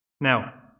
Now